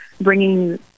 bringing